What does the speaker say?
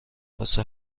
واسه